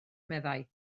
meddai